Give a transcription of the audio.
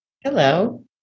Hello